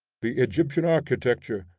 the egyptian architecture,